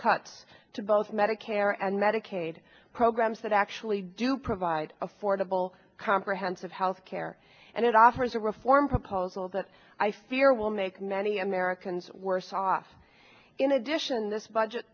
cut to both medicare and medicaid programs that actually do provide affordable comprehensive health care and it offers a reform proposal that i fear will make many americans worse off in addition this budget